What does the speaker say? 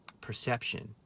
perception